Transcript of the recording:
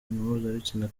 mpuzabitsina